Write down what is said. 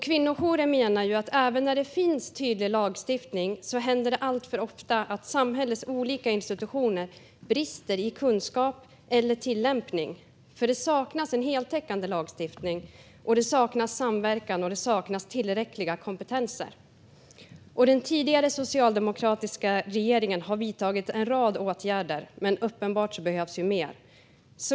Kvinnojourer menar att det även när det finns tydlig lagstiftning händer alltför ofta att samhällets olika institutioner brister i kunskap eller tillämpning, för det saknas en heltäckande lagstiftning. Det saknas samverkan och tillräckliga kompetenser. Den tidigare socialdemokratiska regeringen har vidtagit en rad åtgärder, men uppenbart behövs mer.